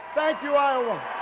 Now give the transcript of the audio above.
thank you iowa.